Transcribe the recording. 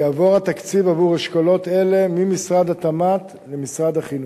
יעבור התקציב עבור אשכולות אלה ממשרד התמ"ת למשרד החינוך.